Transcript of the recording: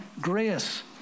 grace